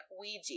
Ouija